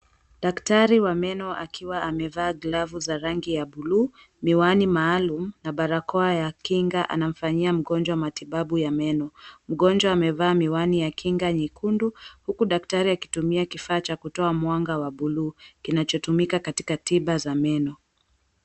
Daktari wa meno akiwa amevaa glavu za rangi ya buluu, miwani maalum na barakoa ya kinga, akimfanyia mgonjwa matibabu ya meno mgonjwa amevaa miwani ya kinga nyekundu, huku daktari akitumia kifaa cha kutoa mwanga wa buluu kinachotumika katika tiba za meno.